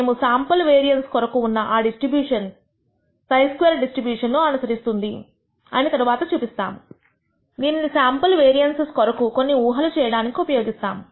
మేము sample variance కొరకు ఉన్న ఆ డిస్ట్రిబ్యూషన్ χ స్క్వేర్ డిస్ట్రిబ్యూషన్అను అనుసరిస్తుంది అని తరువాత చూపిస్తాము దీనిని శాంపుల్ వేరియన్సస్ కొరకు కొన్ని ఊహలు చేయడానికి ఉపయోగిస్తాము